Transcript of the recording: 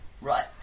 Right